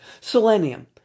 Selenium